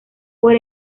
por